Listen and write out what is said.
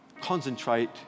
concentrate